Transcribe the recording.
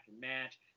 match